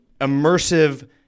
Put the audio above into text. immersive